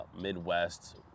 Midwest